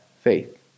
faith